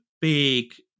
big